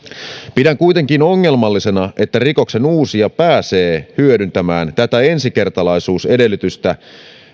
pidän kuitenkin ongelmallisena että rikoksenuusija pääsee hyödyntämään tätä ensikertalaisuusedellytystä